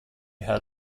had